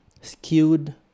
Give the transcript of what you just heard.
skewed